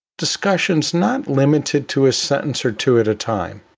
discussions not limited to a sentence or two at a time.